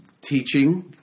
teaching